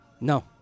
No